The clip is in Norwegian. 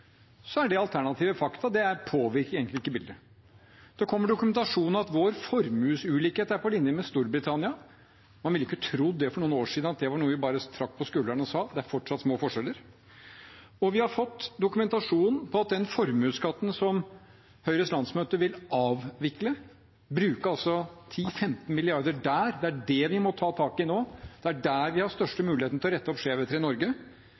er det alternative fakta, det påvirker egentlig ikke bildet. Det kommer dokumentasjon om at vår formuesulikhet er på linje med den i Storbritannia. Man ville jo ikke trodd for noen år siden at det var noe som vi bare trakk på skuldrene av og sa: Det er fortsatt små forskjeller. Og vi har fått dokumentasjon når det gjelder den formuesskatten som Høyres landsmøte vil avvikle. De vil altså bruke 10–15 mrd. kr der, det er det vi må ta tak i nå, det er der vi har den største muligheten til å rette opp skjevheter i Norge.